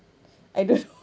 I don't